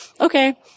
okay